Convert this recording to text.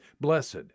Blessed